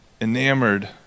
enamored